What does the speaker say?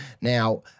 Now